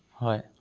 হয়